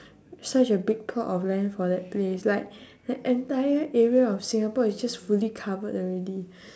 such a big plot of land for that place like the entire area of singapore is just fully covered already